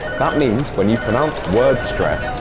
that means, when you pronounce word stress,